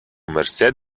merced